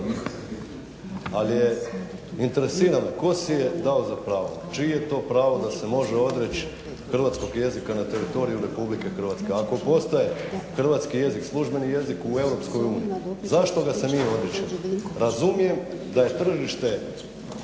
lijepo. Interesira me, tko si je dao za pravo, čije je to pravo da se može odreći hrvatskog jezika na teritoriju RH? ako postaje hrvatski jezik službeni jezik u EU zašto ga se mi odričemo? Razumijem da je tržište